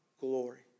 glory